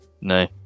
No